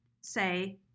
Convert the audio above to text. say